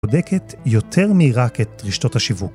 ‫בודקת יותר מרק את רשתות השיווק.